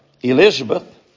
Elizabeth